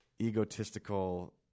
egotistical